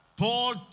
Paul